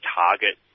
target